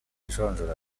ijonjora